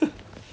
很快 hor